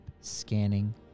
scanning